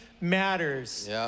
matters